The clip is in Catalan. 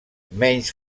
menys